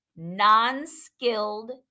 Non-skilled